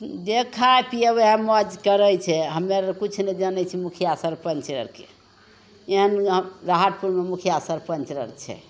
जे खाइ पिए वएह मौज करै छै हमे आओर किछु नहि जानै छी मुखिआ सरपञ्च आओरके एहन राहतपुरमे मुखिआ सरपञ्च आओर छै